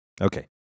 Okay